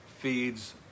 feeds